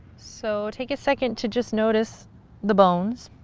so take a second to just notice the bones.